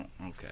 Okay